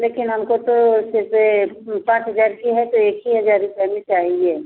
लेकिन हमको तो जैसे पाँच हज़ार की है तो एक ही हज़ार रुपये में चाहिए